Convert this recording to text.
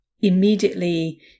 immediately